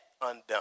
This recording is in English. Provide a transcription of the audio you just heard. undone